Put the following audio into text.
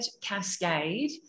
Cascade